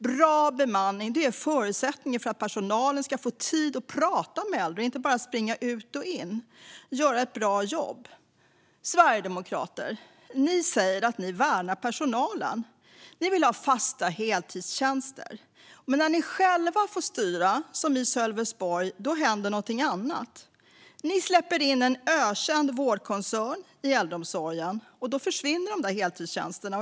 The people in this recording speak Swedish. Bra bemanning är en förutsättning för att personalen ska få tid att prata med de äldre och göra ett bra jobb, inte bara springa ut och in. Sverigedemokrater! Ni säger att ni värnar personalen. Ni vill ha fasta heltidstjänster. Men när ni själva får styra, som i Sölvesborg, händer något annat. Ni släpper in en ökänd vårdkoncern i äldreomsorgen. Då försvinner heltidstjänsterna.